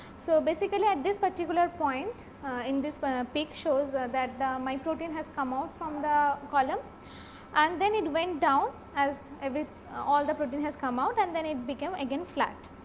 so, basically at this particular point in this but peak shows ah that the my protein has come out from the column and then, it went down as every all the protein has come out and then it became again flat.